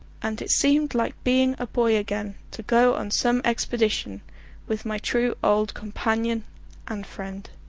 and it seemed like being a boy again to go on some expedition with my true old companion and friend.